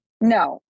No